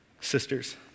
Sisters